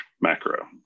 macro